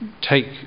Take